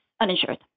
uninsured